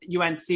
UNC